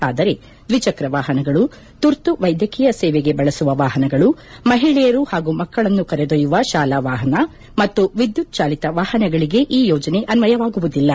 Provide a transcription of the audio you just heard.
ಆದರೆ ದ್ವಿಚಕ್ರ ವಾಹನಗಳು ತುರ್ತು ವೈದ್ಯಕೀಯ ಸೇವೆಗೆ ಬಳಸುವ ವಾಹನಗಳು ಮಹಿಳೆಯರು ಹಾಗೂ ಮಕ್ಕಳನ್ನು ಕರೆದೊಯ್ಲುವ ಶಾಲಾ ವಾಹನ ಮತ್ತು ವಿದ್ಲುತ್ ಚಾಲಿತ ವಾಹನಗಳಗೆ ಈ ಯೋಜನೆ ಅನ್ನಯವಾಗುವುದಿಲ್ಲ